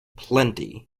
plenty